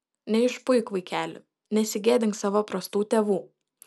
neišpuik vaikeli nesigėdink savo prastų tėvų